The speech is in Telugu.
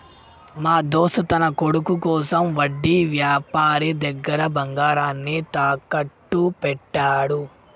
మా దోస్త్ తన కొడుకు కోసం వడ్డీ వ్యాపారి దగ్గర బంగారాన్ని తాకట్టు పెట్టాడు